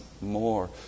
more